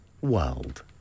world